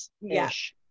Yes